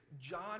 John